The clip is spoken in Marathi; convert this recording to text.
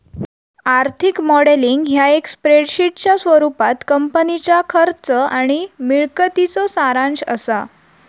आर्थिक मॉडेलिंग ह्या एक स्प्रेडशीटच्या स्वरूपात कंपनीच्या खर्च आणि मिळकतीचो सारांश असा